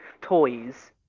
toys